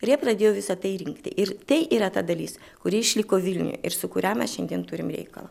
ir jie pradėjo visa tai rinkti ir tai yra ta dalis kuri išliko vilniuj ir su kuria mes šiandien turim reikalą